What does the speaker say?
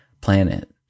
planet